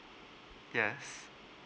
yes